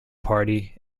party